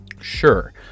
Sure